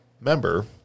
member